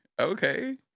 okay